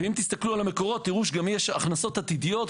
ואם תסתכלו על המקורות תראו שגם יש הכנסות עתידיות,